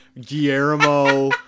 Guillermo